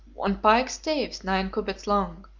on pike staves nine cubits long,